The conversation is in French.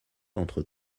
entre